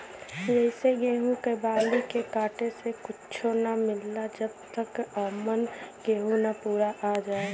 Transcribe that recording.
जइसे गेहूं क बाली के काटे से कुच्च्छो ना मिलला जब तक औमन गेंहू ना पूरा आ जाए